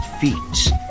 feats